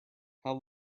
how